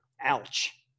Ouch